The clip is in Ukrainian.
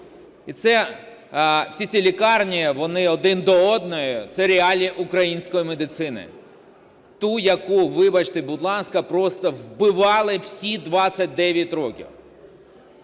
І всі ці лікарні вони один до одного - це реалії української медицини ту, яку, вибачте, будь ласка, просто вбивали всі 29 років.